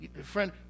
friend